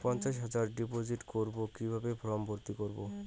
পঞ্চাশ হাজার ডিপোজিট করবো কিভাবে ফর্ম ভর্তি করবো?